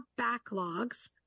backlogs